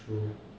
true